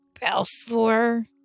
Balfour